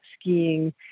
Skiing